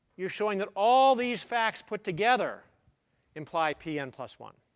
you're showing that all these facts put together imply p n plus one.